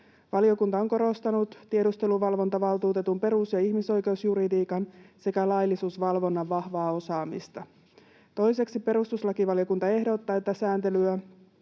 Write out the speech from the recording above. Valiokunta on korostanut tiedusteluvalvontavaltuutetun perus- ja ihmisoikeusjuridiikan sekä laillisuusvalvonnan vahvaa osaamista. Toiseksi perustuslakivaliokunta ehdottaa, että sääntelyä